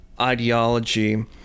ideology